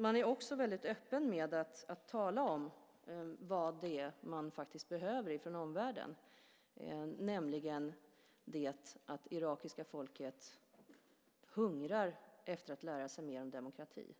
Man är också väldigt öppen med att tala om vad det är man faktiskt behöver från omvärlden, nämligen att det irakiska folket hungrar efter att lära sig mer om demokrati.